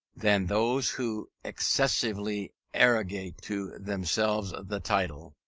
than those who exclusively arrogate to themselves the title.